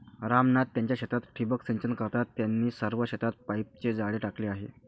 राम नाथ त्यांच्या शेतात ठिबक सिंचन करतात, त्यांनी सर्व शेतात पाईपचे जाळे टाकले आहे